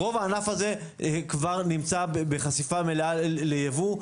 רוב הענף הזה כבר נמצא בחשיפה המלאה ליבוא,